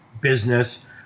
business